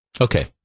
Okay